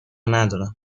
ندارم